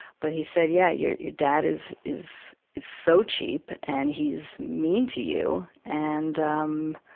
but he said, yeah, your, your dad is, is, is so cheap. and he's mean to you. and, um,